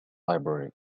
library